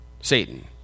Satan